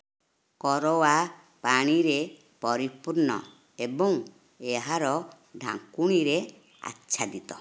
କରୱା ପାଣିରେ ପରିପୂର୍ଣ୍ଣ ଏବଂ ଏହାର ଢାଙ୍କୁଣିରେ ଆଚ୍ଛାଦିତ